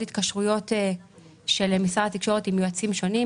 התקשרויות של משרד התקשורת עם יועצים שונים.